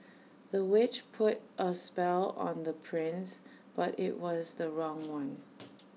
the witch put A spell on the prince but IT was the wrong one